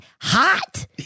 hot